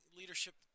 leadership